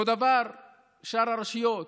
אותו הדבר עם שאר הרשויות,